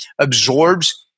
absorbs